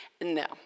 No